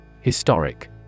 Historic